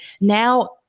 Now